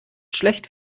schlecht